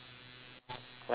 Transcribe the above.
why they restart